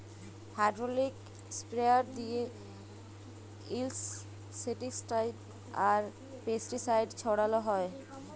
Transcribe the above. hydraulic sprayer দিঁয়ে insecticide আর pesticide ছড়াল হ্যয়